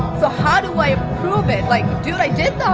how do i prove it, like, dude, i did that,